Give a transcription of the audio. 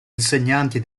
insegnanti